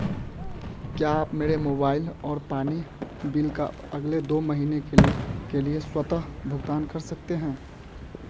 क्या आप मेरे मोबाइल और पानी बिल का अगले दो महीनों के लिए स्वतः भुगतान कर सकते हैं